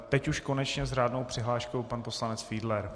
Teď už konečně s řádnou přihláškou pan poslanec Fiedler.